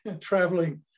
traveling